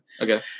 Okay